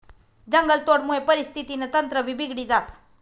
जंगलतोडमुये परिस्थितीनं तंत्रभी बिगडी जास